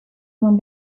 eman